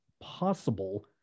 possible